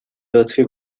لطفی